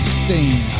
stain